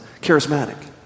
charismatic